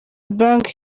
bank